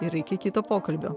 ir iki kito pokalbio